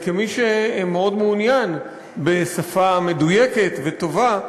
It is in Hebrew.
כמי שמאוד מעוניין בשפה מדויקת וטובה,